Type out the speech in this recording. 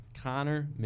Connor